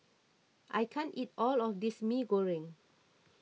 I can't eat all of this Mee Goreng